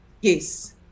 Yes